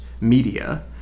media